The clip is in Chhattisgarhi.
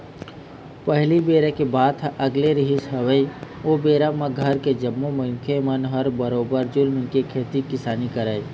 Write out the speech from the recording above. पहिली बेरा के बात ह अलगे रिहिस हवय ओ बेरा म घर के जम्मो मनखे मन ह बरोबर जुल मिलके खेती किसानी करय